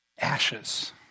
Ashes